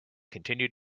continue